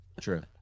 True